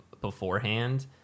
beforehand